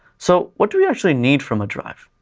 so what do we actually need from a drive?